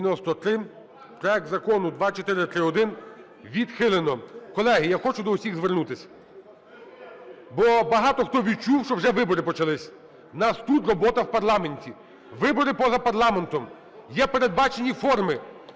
відхилено. Колеги, я хочу до всіх звернутись, бо багато хто відчув, що вже вибори почались, у нас тут робота в парламенті, вибори – поза парламентом, є передбачені форми: